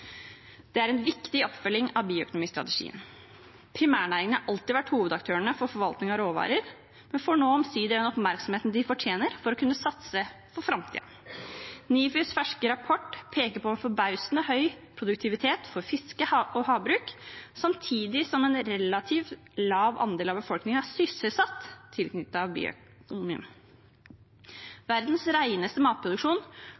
Det er en viktig oppfølging av bioøkonomistrategien. Primærnæringene har alltid vært hovedaktørene for forvaltning av råvarer, men får nå omsider den oppmerksomheten de fortjener for å kunne satse for framtiden. NIFUs ferske rapport peker på en forbausende høy produktivitet for fiske og havbruk, samtidig som en relativt lav andel av befolkningen er sysselsatt i tilknytning til bioøkonomien. Verdens reneste matproduksjon kommer heller ikke av